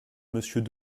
monsieur